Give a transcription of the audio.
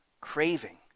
Craving